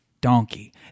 Donkey